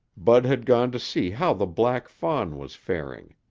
bud had gone to see how the black fawn was faring.